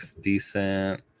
decent